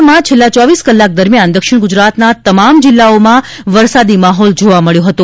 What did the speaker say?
રાજયમાં છેલ્લા ચોવીસ કલાક દરમિયાન દક્ષિણ ગુજરાતનાં તમામ જિલ્લાઓમાં વરસાદી માહોલ જોવા મળ્યો હતો